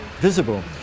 visible